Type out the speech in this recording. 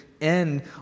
end